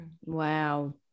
Wow